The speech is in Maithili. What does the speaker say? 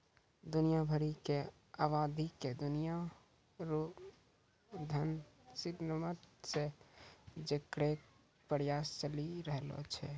दुनिया भरी के आवादी के दुनिया रो धन सिस्टम से जोड़ेकै प्रयास चली रहलो छै